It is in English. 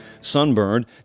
sunburned